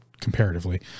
comparatively